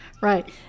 right